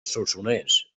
solsonès